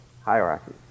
hierarchy